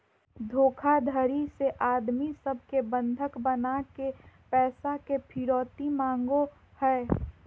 धोखाधडी से आदमी सब के बंधक बनाके पैसा के फिरौती मांगो हय